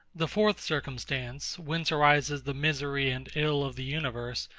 the fourth circumstance, whence arises the misery and ill of the universe,